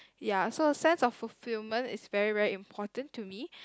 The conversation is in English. ya so sense of fulfilment is very very important to me